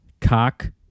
Cock